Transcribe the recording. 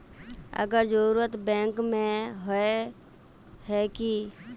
अगर जरूरत बैंक में होय है की?